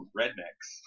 rednecks